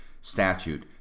statute